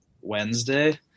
Wednesday